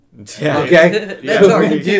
Okay